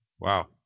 Wow